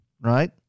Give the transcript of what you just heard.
Right